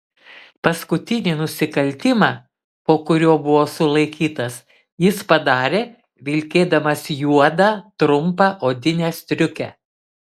paskutinį nusikaltimą po kurio buvo sulaikytas jis padarė vilkėdamas juodą trumpą odinę striukę